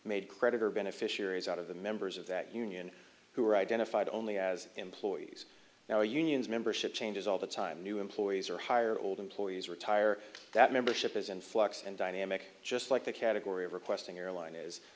made creditor beneficiaries out of the members of that union who were identified only as employees now unions membership changes all the time new employees or higher old employees retire that membership is in flux and dynamic just like the category of requesting airline is